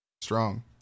Strong